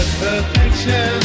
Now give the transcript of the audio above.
perfection